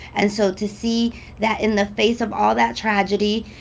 and so to see that in the face of all that tragedy,